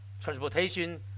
transportation